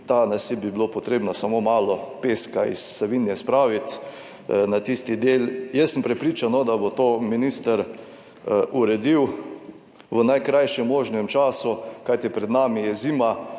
ta nasip bi bilo potrebno samo malo peska iz Savinje spraviti na tisti del. Jaz sem prepričan, da bo to minister uredil v najkrajšem možnem času, kajti, pred nami je zima,